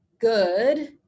good